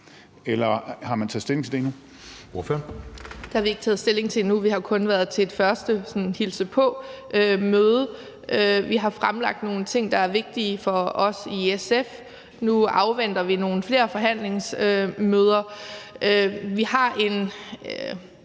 11:54 Lisbeth Bech-Nielsen (SF): Det har vi ikke taget stilling til endnu. Vi har jo kun været til et første sådan hilse på-møde. Vi har fremlagt nogle ting, der er vigtige for os i SF, og nu afventer vi nogle flere forhandlingsmøder. Vi har en,